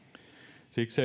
siksi